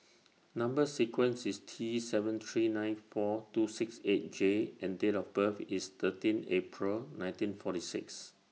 Number sequence IS T seven three nine four two six eight J and Date of birth IS thirteen April nineteen forty six